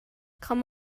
come